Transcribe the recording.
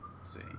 see